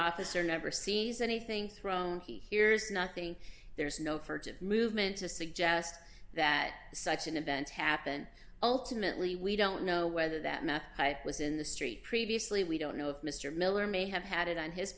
officer never sees anything thrown he hears nothing there's no furtive movement to suggest that such an event happened ultimately we don't know whether that map was in the street previously we don't know if mr miller may have had it on his